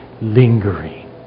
lingering